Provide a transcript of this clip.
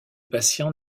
patients